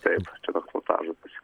taip čia toks slaptažodis